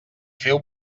feu